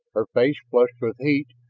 her face, flushed with heat,